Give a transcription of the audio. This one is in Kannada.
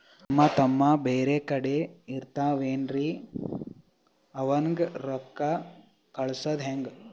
ನಮ್ ತಮ್ಮ ಬ್ಯಾರೆ ಕಡೆ ಇರತಾವೇನ್ರಿ ಅವಂಗ ರೋಕ್ಕ ಕಳಸದ ಹೆಂಗ?